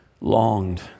longed